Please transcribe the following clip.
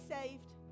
saved